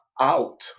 out